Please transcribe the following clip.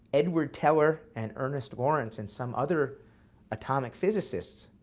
edward teller and ernest lawrence and some other atomic physicists,